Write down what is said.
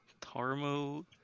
Tarmo